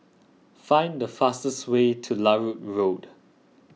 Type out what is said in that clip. find the fastest way to Larut Road